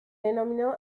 denominó